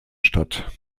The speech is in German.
statt